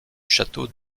château